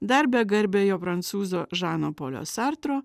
dar be garbiojo prancūzo žano polio sartro